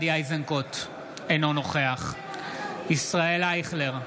איזנקוט, אינו נוכח ישראל אייכלר,